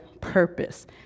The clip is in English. purpose